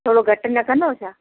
थोरो घटि न कंदव छा